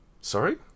sorry